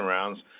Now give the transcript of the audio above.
Rounds